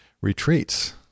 retreats